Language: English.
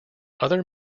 other